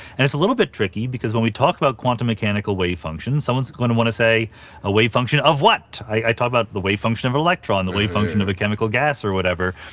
and it's a little bit tricky because when we talk about quantum mechanical wave functions, someone's going to want to say a wave function of what? i talk about the wave function of electron, the wave function of a chemical gas, or whatever.